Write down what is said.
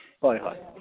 ꯍꯣꯏ ꯍꯣꯏ